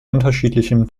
unterschiedlichem